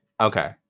Okay